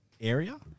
area